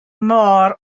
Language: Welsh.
môr